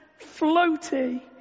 floaty